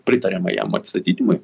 pritariama jam atsistatydinimui